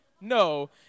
No